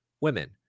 women